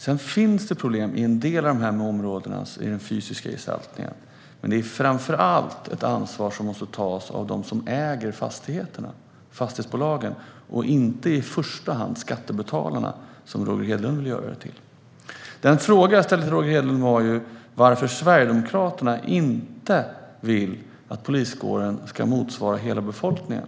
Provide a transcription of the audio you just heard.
Det finns visserligen en del problem i den fysiska gestaltningen i en del av dessa områden, men detta är framför allt ett ansvar som måste tas av dem som äger fastigheterna, alltså fastighetsbolagen, och inte skattebetalarna i första hand, vilket Roger Hedlund vill göra det till. Den fråga jag ställde till Roger Hedlund handlade om varför Sverigedemokraterna inte vill att poliskåren ska motsvara hela befolkningen.